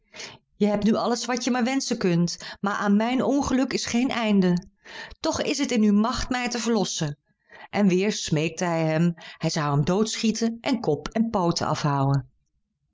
je hebt nu alles wat je maar wenschen kunt maar aan mijn ongeluk is geen einde toch is het in uw macht mij te verlossen en weer smeekte hij hem hij zou hem doodschieten en kop en pooten afhouwen